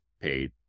paid